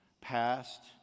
past